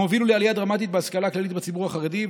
הם הובילו לעלייה דרמטית בהשכלה הכללית בציבור החרדי,